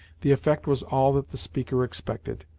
the effect was all that the speaker expected,